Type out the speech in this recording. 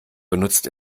benutzt